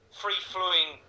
free-flowing